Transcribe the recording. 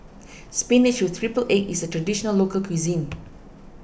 Spinach with Triple Egg is a Traditional Local Cuisine